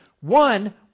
One